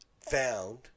found